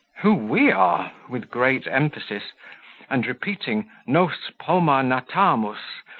who we are! with great emphasis and repeating nos poma natamus,